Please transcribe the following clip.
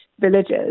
villages